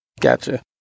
Gotcha